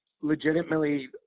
legitimately